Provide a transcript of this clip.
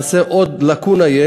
יש עוד לקונה.